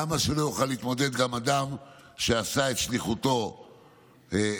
למה שלא יוכל להתמודד גם אדם שעשה את שליחותו במקום